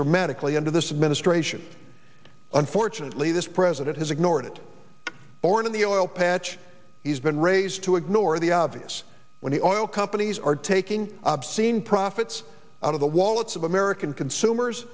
dramatically under this administration unfortunately this president has ignored it or in the oil patch he's been raised to ignore the obvious when the oil companies are taking obscene profits out of the wallets of american consumers